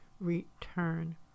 Return